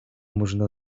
można